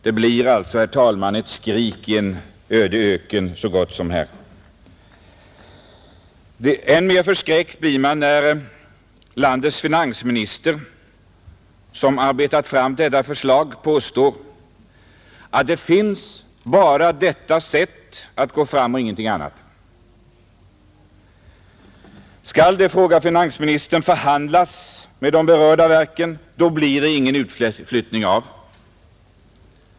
Det blir alltså, herr talman, ett skri i en så gott som öde öken. Än mer förskräckt blir man när landets finansminister, som har arbetat fram detta förslag, påstår att det finns bara denna väg att gå, ingen annan, Skall det, säger finansministern, förhandlas med de berörda verken, så blir det ingen utflyttning av.